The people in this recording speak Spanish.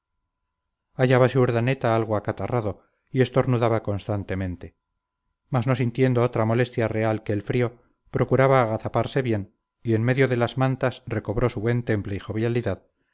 hallábase urdaneta algo acatarrado y estornudaba constantemente mas no sintiendo otra molestia real que el frío procuraba agazaparse bien y en medio de las mantas recobró su buen temple y jovialidad